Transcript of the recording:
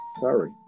sorry